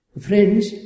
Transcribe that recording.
Friends